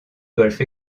golfe